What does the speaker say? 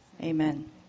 amen